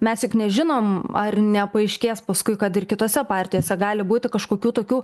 mes juk nežinom ar nepaaiškės paskui kad ir kitose partijose gali būti kažkokių tokių